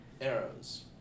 Arrows